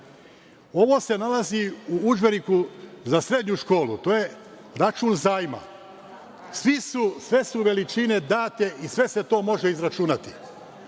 se nalazi u udžbeniku za srednju školu. To je račun zajma. Sve su veličine date i sve se to može izračunati.